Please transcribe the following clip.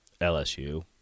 LSU